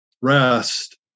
rest